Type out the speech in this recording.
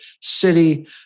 city